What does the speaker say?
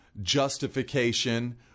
justification